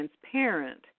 transparent